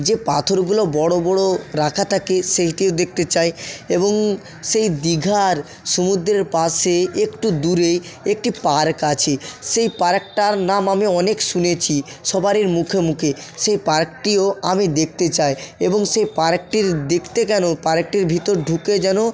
যে পাথরগুলো বড়ো বড়ো রাখা থাকে সেইটিও দেকতে চাই এবং সেই দীঘার সমুদ্রের পাশে একটু দূরে একটি পার্ক আছে সেই পার্কটার নাম আমি অনেক শুনেছি সবারের মুখে মুখে সে পার্কটিও আমি দেখতে চাই এবং সে পার্কটির দেখতে কেন পার্কটির ভিতর ঢুকে যেন